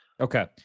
Okay